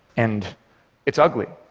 and it's ugly.